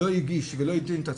לא הגיש ולא התאים את עצמו,